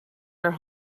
her